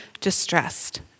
distressed